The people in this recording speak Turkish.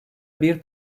bir